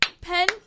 Pen